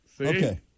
Okay